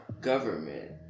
government